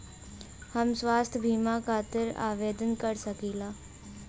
हम स्वास्थ्य बीमा खातिर आवेदन कर सकीला?